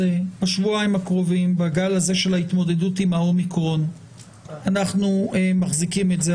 בשבועיים הקרובים בגל הזה של ההתמודדות עם ה-אומיקרון מחזיקים אבל